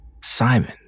Simon